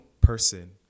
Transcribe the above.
person